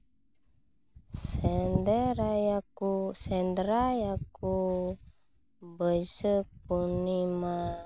ᱥᱮᱸᱫᱮᱨᱟᱭᱠᱚ ᱥᱮᱸᱫᱽᱨᱟᱭᱟᱠᱚ ᱵᱟᱹᱭᱥᱟᱹᱠᱷ ᱯᱩᱨᱱᱤᱢᱟ